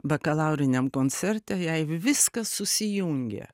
bakalauriniam koncerte jai viskas susijungė